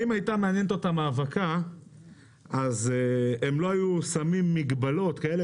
אם הייתה מעניינת אותם האבקה הם לא היו שמים מגבלות כאלו